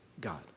God